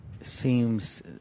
seems